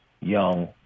young